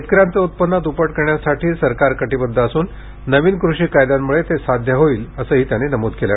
शेतकऱ्यांचं उत्पन्न दुप्पट करण्यासाठी सरकार कटिबद्ध असून नवीन कृषी कायद्यांमुळे ते साद्य होईल असंही त्यांनी नमूद केलं